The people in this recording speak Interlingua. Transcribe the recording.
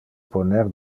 poner